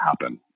happen